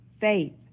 faith